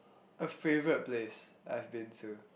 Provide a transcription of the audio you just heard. a favourite place I've been to